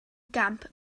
gamp